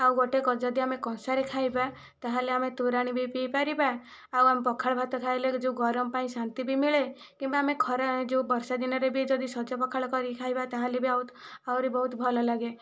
ଆଉ ଗୋଟିଏ କ ଯଦି ଆମେ କଂସାରେ ଖାଇବା ତାହେଲେ ଆମେ ତୋରାଣି ବି ପିଇପାଇବା ଆଉ ଆମ ପଖାଳ ଭାତ ଖାଇଲେ ଯେଉଁ ଗରମ ପାଇଁ ଶାନ୍ତି ବି ମିଳେ କିମ୍ବା ଆମେ ଖରା ଯେଉଁ ବର୍ଷା ଦିନରେ ବି ଯଦି ସଜ ପଖାଳ କରିକି ଖାଇବା ତାହେଲେ ବି ଆଉ ଆହୁରି ବହୁତ ଭଲ ଲାଗେ